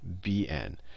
bn